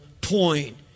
point